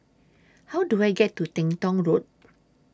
How Do I get to Teng Tong Road